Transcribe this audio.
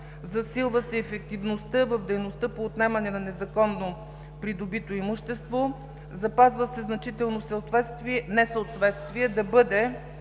Засилва се ефективността в дейността по отнемане на незаконно придобито имущество. Запазва се значително несъответствие – да бъде